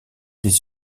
des